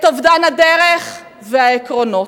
את אובדן הדרך והעקרונות.